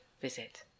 visit